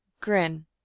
Grin